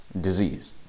disease